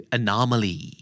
anomaly